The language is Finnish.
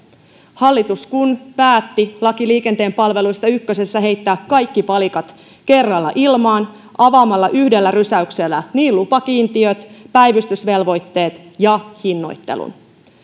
hallitus kun päätti laki liikenteen palveluista ykkösessä heittää kaikki palikat kerralla ilmaan avaamalla yhdellä rysäyksellä lupakiintiöt päivystysvelvoitteet ja hinnoittelun